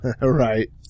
Right